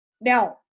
now